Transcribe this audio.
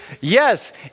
Yes